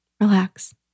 relax